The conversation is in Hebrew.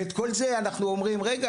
ואת כל זה אנחנו אומרים רגע,